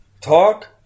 talk